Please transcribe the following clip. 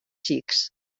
xics